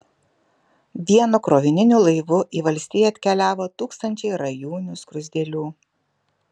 vienu krovininiu laivu į valstiją atkeliavo tūkstančiai rajūnių skruzdėlių